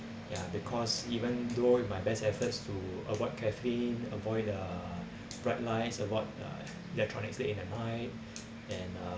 ya because even though with my best efforts to avoid caffeine avoid uh bright lights avoid uh electronics late in the night and uh